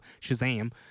Shazam